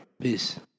Peace